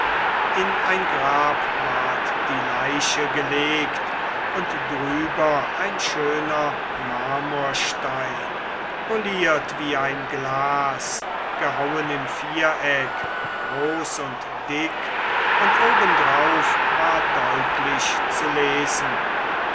in ein grab ward die leiche gelegt und drüber ein schöner marmorstein poliert wie ein glas gehauen im viereck groß und dick und oben darauf war deutlich zu lesen